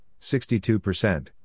62%